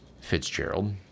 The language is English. Fitzgerald